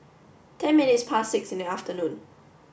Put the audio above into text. ten minutes past six in the afternoon